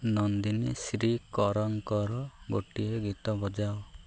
ନନ୍ଦିନୀ ଶ୍ରୀ କରଙ୍କର ଗୋଟିଏ ଗୀତ ବଜାଅ